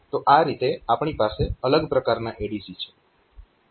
તો આ રીતે આપણી પાસે અલગ પ્રકારના ADC છે